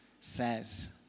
says